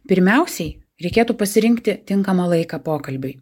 pirmiausiai reikėtų pasirinkti tinkamą laiką pokalbiui